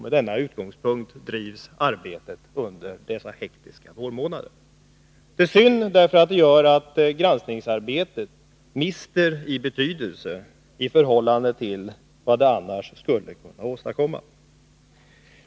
Med denna utgångspunkt bedrivs arbetet under dessa hektiska vårmånader. Det är synd, eftersom det gör att granskningsarbetet förlorar i betydelse i förhållande till vad det annars skulle kunna innebära.